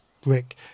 brick